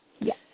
Yes